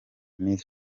miss